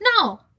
no